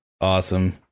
Awesome